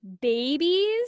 babies